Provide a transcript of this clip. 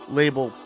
label